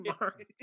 Mark